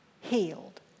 healed